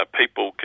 people